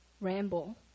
ramble